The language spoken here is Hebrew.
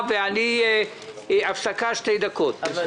הישיבה ננעלה בשעה 12:25.